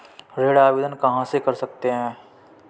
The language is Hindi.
ऋण आवेदन कहां से कर सकते हैं?